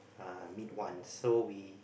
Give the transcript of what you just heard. uh meet once so we